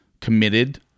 committed